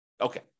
Okay